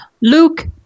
Luke